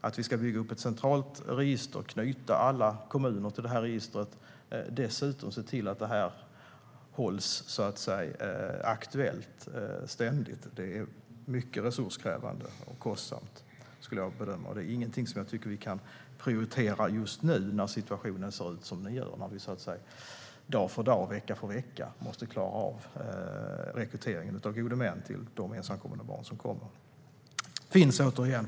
Att bygga upp ett centralt register och knyta alla kommuner till registret, och dessutom se till att registret är ständigt aktuellt, är mycket resurskrävande och kostsamt. Det är inget jag tycker att vi kan prioritera just nu när situationen ser ut som den gör, när vi dag för dag, vecka för vecka, måste klara av rekryteringen av gode män till de ensamkommande barnen. Fru talman!